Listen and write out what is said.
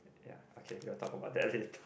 ya okay we'll talk about that late~